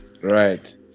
Right